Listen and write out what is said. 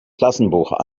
klassenbuch